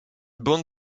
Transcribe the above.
bande